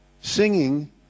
singing